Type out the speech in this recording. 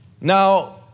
Now